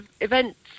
Events